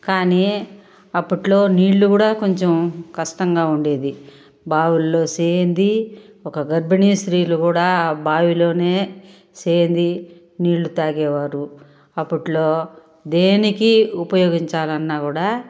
కానీ అప్పట్లో నీళ్ళు గూడా కొంచెం కష్టంగా ఉండేది బావుల్లో చేది ఒక గర్భిణీ స్త్రీలు కూడా బావిలోనే చేది నీళ్ళు తాగేవారు అప్పట్లో దేనికి ఉపయోగించాలన్నా కూడా